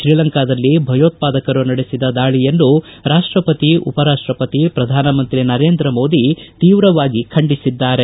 ಶ್ರೀಲಂಕಾದಲ್ಲಿ ಭಯೋತ್ಪಾದಕರು ನಡೆಸಿದ ದಾಳಿಯನ್ನು ರಾಪ್ಲಪತಿ ಉಪರಾಷ್ಲಪತಿ ಪ್ರಧಾನಮಂತ್ರಿ ನರೇಂದ್ರ ಮೋದಿ ತೀವ್ರವಾಗಿ ಖಂಡಿಸಿದ್ದಾರೆ